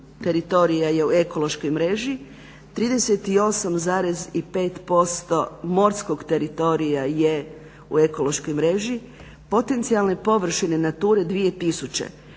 teritorija je u ekološkoj mreži, 38,5% morskog teritorija u ekološkoj mreži, potencijalne površine NATURA-e 2000